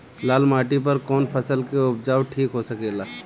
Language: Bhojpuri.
लाल माटी पर कौन फसल के उपजाव ठीक हो सकेला?